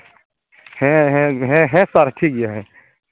ᱦᱮᱸ ᱦᱮᱸ ᱦᱮᱸ ᱥᱟᱨ ᱴᱷᱤᱠ ᱜᱮᱭᱟ ᱦᱮᱸ